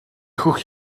хөх